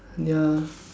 ya